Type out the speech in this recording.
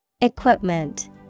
Equipment